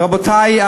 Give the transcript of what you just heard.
ורבותי,